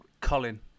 Colin